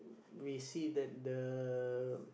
we see the the